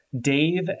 Dave